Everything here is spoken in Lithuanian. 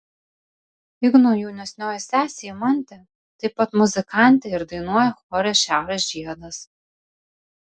igno jaunesnioji sesė eimantė taip pat muzikantė ir dainuoja chore šiaurės žiedas